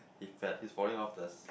he fell he's falling off the s~